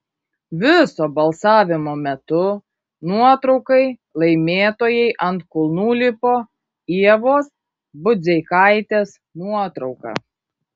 viso balsavimo metu nuotraukai laimėtojai ant kulnų lipo ievos budzeikaitės nuotrauka